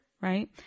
right